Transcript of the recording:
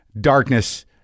darkness